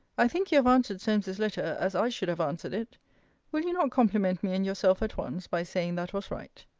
i think you have answered solmes's letter, as i should have answered it will you not compliment me and yourself at once, by saying, that was right?